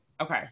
Okay